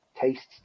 tastes